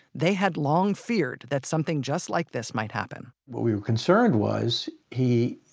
they had long feared that something just like this might happen what we were concerned was he,